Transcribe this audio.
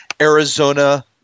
Arizona